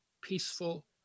peaceful